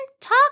talk